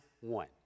one